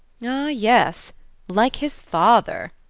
ah, yes like his father!